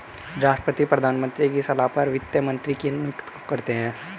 राष्ट्रपति प्रधानमंत्री की सलाह पर वित्त मंत्री को नियुक्त करते है